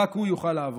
רק הוא יוכל לעבור.